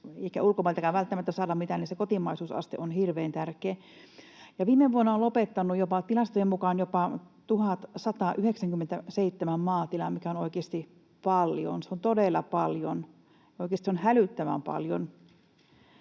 eikä ulkomailtakaan välttämättä saada mitään? Silloin se kotimaisuusaste on hirveän tärkeä. Viime vuonna on lopettanut tilastojen mukaan jopa 1 197 maatilaa, mikä on oikeasti paljon. Se on todella paljon. Oikeasti se on hälyttävän paljon.